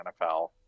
NFL